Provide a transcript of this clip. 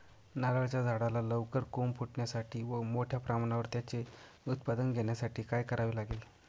नारळाच्या झाडाला लवकर कोंब फुटण्यासाठी व मोठ्या प्रमाणावर त्याचे उत्पादन घेण्यासाठी काय करावे लागेल?